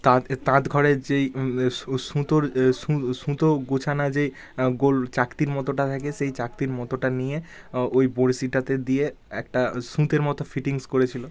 তাঁতের তাঁত ঘরের যেই সুঁতোর এ সুঁ সুঁতো গোছানা যেই গোল চাকতির মতোটা থাকে সেই চাকতির মতোটা নিয়ে ও ওই বঁড়শিটাতে দিয়ে একটা সুঁতের মতো ফিটিংস করেছিলো